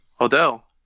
Odell